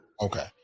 Okay